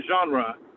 genre